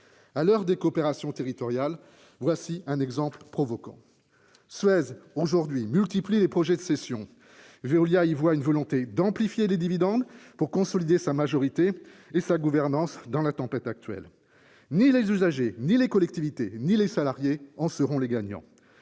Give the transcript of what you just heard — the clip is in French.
À l'heure des coopérations territoriales, c'est un exemple provocant. Suez multiplie aujourd'hui les projets de cessions ; Veolia y voit une volonté d'amplifier les dividendes pour consolider sa majorité et sa gouvernance dans la tempête actuelle, mais ni les usagers, ni les collectivités, ni les salariés n'en sortiront gagnants.